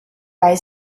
weil